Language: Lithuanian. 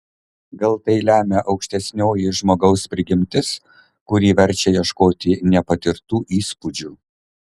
gal tai lemia aukštesnioji žmogaus prigimtis kuri verčia ieškoti nepatirtų įspūdžių